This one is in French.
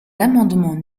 l’amendement